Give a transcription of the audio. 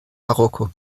marokko